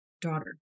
daughter